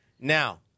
Now